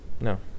No